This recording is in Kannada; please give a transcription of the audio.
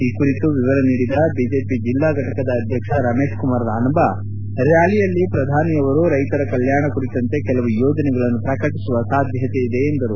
ಈ ಕುರಿತು ವಿವರ ನೀಡಿದ ಬಿಜೆಪಿ ಜಿಲ್ಲಾ ಘಟಕದ ಅಧ್ಯಕ್ಷ ರಮೇಶ್ ಕುಮಾರ್ ಅನಬಾ ರ್ಕಾಲಿಯಲ್ಲಿ ಪ್ರಧಾನಿಯವರು ರೈತರ ಕಲ್ಕಾಣ ಕುರಿತಂತೆ ಕೆಲವು ಯೋಜನೆಗಳನ್ನು ಪ್ರಕಟಿಸುವ ಸಾಧ್ಯತೆಯಿದೆ ಎಂದರು